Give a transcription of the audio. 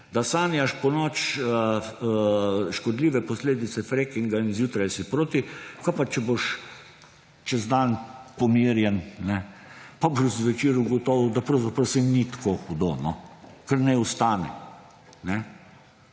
da sanjaš ponoči škodljive posledice frekinga in zjutraj si proti, kaj pa če boš čez dan pomirjen, pa boš zvečer ugotovil, da pravzaprav, saj ni tako hudo, no, kar naj ostane.